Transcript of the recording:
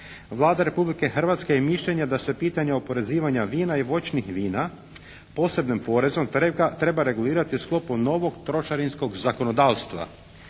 Vlada Republike je mišljenja da se pitanje oporezivanja vina i voćnih vina posebnim porezom treba regulirati u sklopu novog trošarinskog zakonodavstva